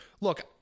look